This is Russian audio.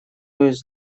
есть